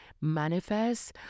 manifest